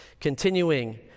Continuing